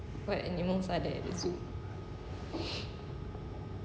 what animals are there in zoo